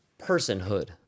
personhood